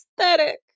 aesthetic